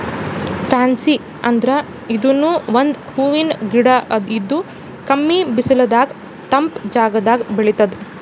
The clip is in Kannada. ಫ್ಯಾನ್ಸಿ ಅಂದ್ರ ಇದೂನು ಒಂದ್ ಹೂವಿನ್ ಗಿಡ ಇದು ಕಮ್ಮಿ ಬಿಸಲದಾಗ್ ತಂಪ್ ಜಾಗದಾಗ್ ಬೆಳಿತದ್